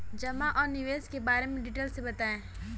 जमा और निवेश के बारे में डिटेल से बताएँ?